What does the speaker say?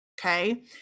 okay